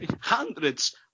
hundreds